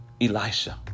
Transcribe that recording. Elisha